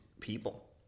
people